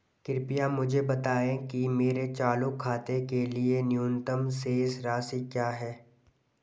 कृपया मुझे बताएं कि मेरे चालू खाते के लिए न्यूनतम शेष राशि क्या है?